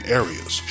areas